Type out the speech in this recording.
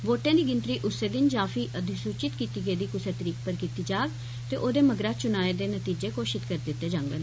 वोटें दी गिनतरी उस्सै दिन जां फ्ही अधिसुचित कीत्ती गेदी कुसै तरीक पर कीत्ती जाग ते ओह्दे मगरा चुनां दे नतीजे घोशित करी दित्ते जाङन